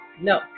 No